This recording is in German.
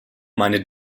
meine